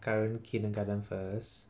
current kindergarten first